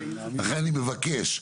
לכן אני מבקש,